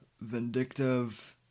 vindictive